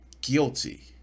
guilty